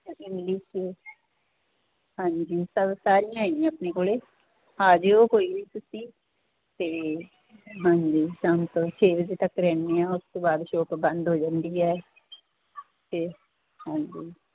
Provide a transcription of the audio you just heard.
English ਹਾਂਜੀ ਸਭ ਸਾਰੀਆਂ ਹੈਗੀਆਂ ਆਪਣੇ ਕੋਲੇ ਆਜਿਓ ਕੋਈ ਨੀ ਤੁਸੀਂ ਤੇ ਹਾਂਜੀ ਸ਼ਾਮ ਛੇ ਵਜੇ ਤੱਕ ਰਹਿੰਦੀਆਂ ਉਹਦੇ ਬਾਇਦ ਸ਼ੋਪ ਬੰਦ ਹੁੰਦੀ ਐ ਤੇ ਹਾਂਜੀ